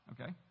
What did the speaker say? Okay